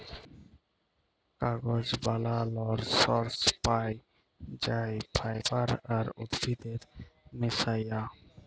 কাগজ বালালর সর্স পাই যাই ফাইবার আর উদ্ভিদের মিশায়া